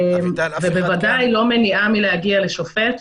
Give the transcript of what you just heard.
ודאי לא מניעה מהגעה לשופט,